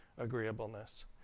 agreeableness